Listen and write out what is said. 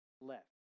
left